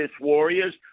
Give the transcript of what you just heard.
warriors